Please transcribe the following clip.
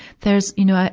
there's, you know,